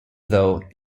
though